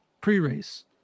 pre-race